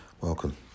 welcome